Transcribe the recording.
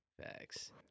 Facts